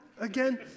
again